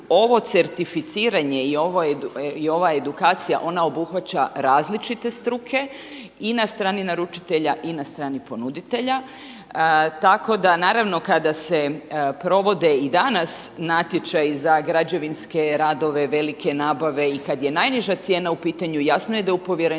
ovo certificiranje i ova edukacija ona obuhvaća različite struke i na strani naručitelja i na strani ponuditelja, tako da naravno kada se provode i danas natječaji za građevinske radove, velike nabave i kada je najniža cijena u pitanju jasno je da u povjerenstvima